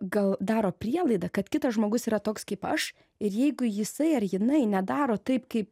gal daro prielaidą kad kitas žmogus yra toks kaip aš ir jeigu jisai ar jinai nedaro taip kaip